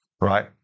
right